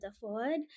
forward